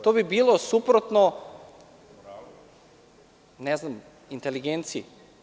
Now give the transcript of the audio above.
To bi bilo suprotno inteligenciji.